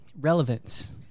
relevance